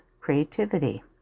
creativity